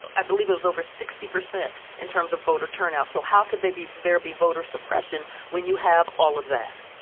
i believe it was over sixty percent in terms of voter turnout. so how could they be there, be voter suppression when you have all of that?